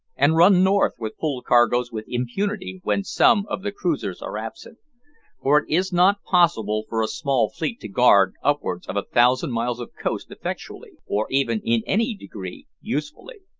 and run north with full cargoes with impunity when some of the cruisers are absent for it is not possible for a small fleet to guard upwards of a thousand miles of coast effectually, or even, in any degree, usefully.